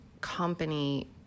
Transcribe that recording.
company